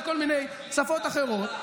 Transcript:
עוד כל מיני שפות אחרות,